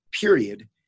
period